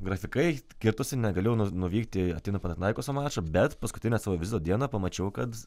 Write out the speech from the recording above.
grafikai kirtosi negalėjau nuvykti į atėnų panatinaikoso mačą bet paskutinę savo vizito dieną pamačiau kad